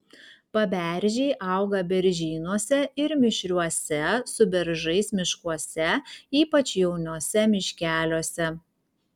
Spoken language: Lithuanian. paberžiai auga beržynuose ir mišriuose su beržais miškuose ypač jaunuose miškeliuose